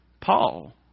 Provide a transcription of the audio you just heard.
Paul